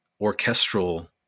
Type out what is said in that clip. orchestral